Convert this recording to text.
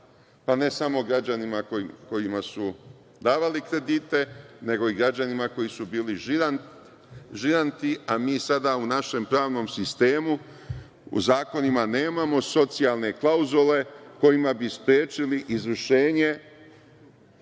pa ne samo građanima kojima su davali kredite, nego i građanima koji su bili žiranti. A, mi sada u našem pravnom sistemu u zakonima nemamo socijalne klauzule kojima bi sprečili izvršenje